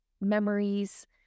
memories